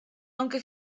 aunque